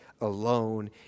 alone